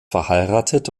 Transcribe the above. verheiratet